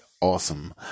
awesome